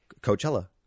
Coachella